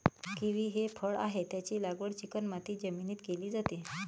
kiwi हे फळ आहे, त्याची लागवड चिकणमाती जमिनीत केली जाते